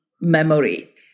memory